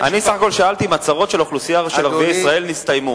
אני סך הכול שאלתי אם הצרות של האוכלוסייה של ערביי ישראל נסתיימו.